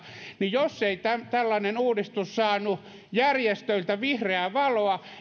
niin jos ei tällainen uudistus saanut järjestöiltä vihreää valoa